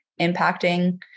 impacting